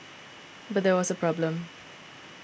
but there was a problem